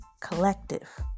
collective